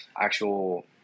actual